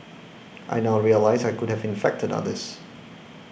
I now realise I could have infected others